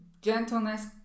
gentleness